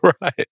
right